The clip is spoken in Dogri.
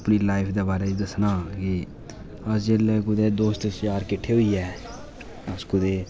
अपनी लाइफ दे बारे च दस्सना कि अस जिसलै कुदै दोस्त चार किट्ठे होइयै अस कुदै